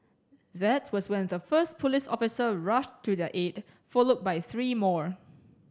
that was when the first police officer rushed to their aid followed by three more